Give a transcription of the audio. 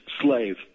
slave